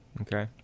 Okay